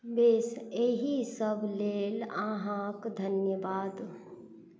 बेस एहि सबलेल अहाँके धन्यवाद